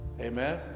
Amen